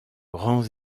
grand